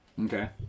Okay